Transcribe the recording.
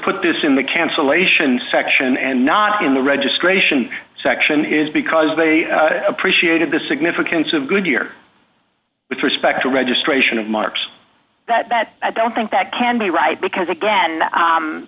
put this in the cancellation section and not in the registration section is because they appreciated the significance of goodyear with respect to registration and marks that i don't think that can be right because again